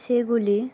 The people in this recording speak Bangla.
সেগুলি